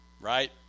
right